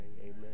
amen